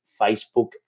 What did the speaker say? Facebook